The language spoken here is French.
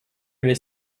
les